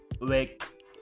Wake